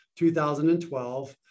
2012